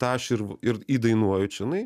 tą aš ir ir įdainuoju čionai